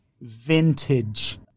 Vintage